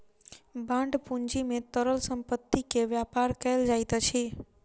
bond पूंजी में तरल संपत्ति के व्यापार कयल जाइत अछि